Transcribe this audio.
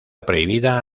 prohibida